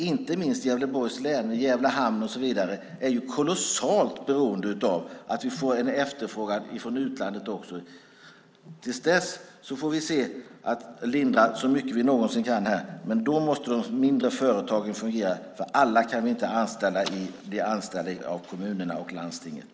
Inte minst Gävleborgs län med Gävle hamn och så vidare är ju kolossalt beroende av att vi får en efterfrågan från utlandet. Till dess får vi se till att lindra så mycket vi någonsin kan. Men då måste de mindre företagen fungera. Alla kan inte bli anställda av kommunerna och landstinget.